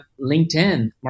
LinkedIn